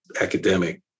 academic